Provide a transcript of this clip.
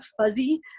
fuzzy